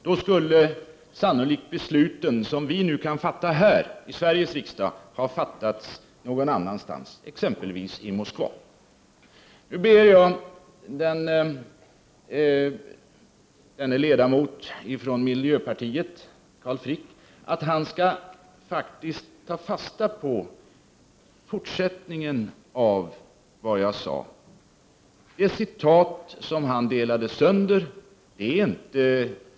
Då skulle sannolikt de beslut vi nu kan fatta här i Sveriges riksdag ha fattats någon annanstans, exempelvis i Moskva. Nu ber jag ledamoten från miljöpartiet Carl Frick att han skall ta fasta på fortsättningen av vad jag sade. Han delade sönder ett citat av mig.